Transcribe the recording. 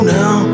now